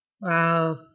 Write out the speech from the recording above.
Wow